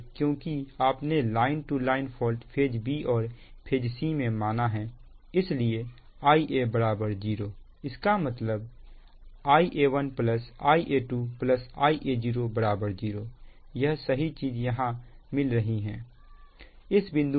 क्योंकि आपने line to line fault phase b और फेज c में माना है इसलिए Ia 0 इसका मतलब Ia1 Ia2 Ia0 0यह सही चीज यहां मिल रही हैं इस बिंदु पर